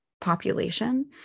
population